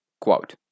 Quote